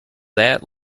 that